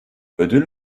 ödül